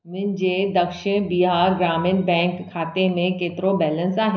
मुंहिंजे दक्षिण बिहार ग्रामीण बैंक खाते में केतिरो बैलेंस आहे